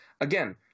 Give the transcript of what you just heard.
Again